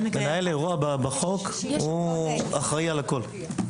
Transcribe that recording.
מנהל אירוע בחוק אחראי על הכול.